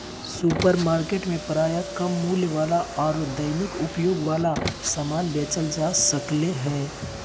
supermarket में प्रायः कम मूल्य वाला आरो दैनिक उपयोग वाला समान बेचल जा सक्ले हें